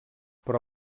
però